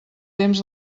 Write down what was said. temps